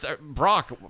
Brock